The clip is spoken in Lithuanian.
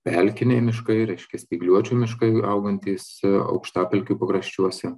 pelkiniai miškai reiškia spygliuočių miškai augantys aukštapelkių pakraščiuose